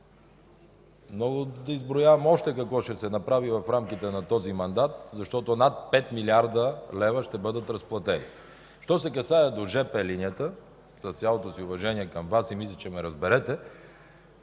Мога да изброявам още какво ще се направи в рамките на този мандат, защото над 5 млрд. лв. ще бъдат разплатени. Що се касае до жп линията – с цялото си уважение към Вас и мисля, че ще ме разберете,